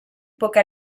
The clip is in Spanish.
poca